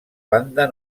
banda